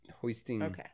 hoisting